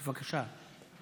בבקשה.